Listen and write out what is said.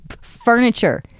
Furniture